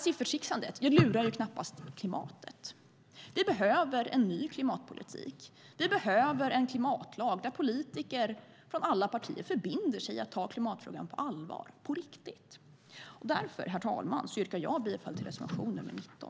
Siffertricksandet lurar knappast klimatet. Vi behöver en ny klimatpolitik. Vi behöver en klimatlag där politiker från alla partier förbinder sig att ta klimatfrågan på allvar - på riktigt! Därför, herr talman, yrkar jag bifall till reservation nr 19.